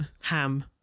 ham